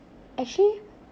actually